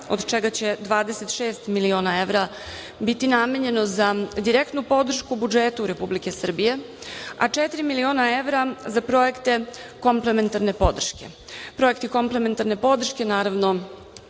od čega će 26 miliona evra biti namenjeno za direktnu podršku budžetu Republike Srbije, a četiri miliona evra za projekte komplementarne podrške. Projekti komplementarne podrške, naravno,